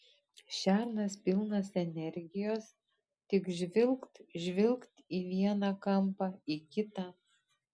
šernas pilnas energijos tik žvilgt žvilgt į vieną kampą į kitą